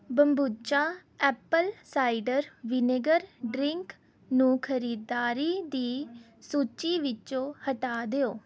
ਬੰਬੂਚਾ apple cider vinegar drink ਨੂੰ ਖਰੀਦਦਾਰੀ ਦੀ ਸੂਚੀ ਵਿੱਚੋਂ ਹਟਾ ਦਿਉ